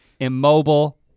immobile